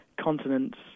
continents